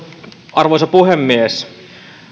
arvoisa puhemies